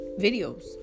videos